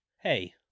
hey